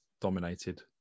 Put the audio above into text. dominated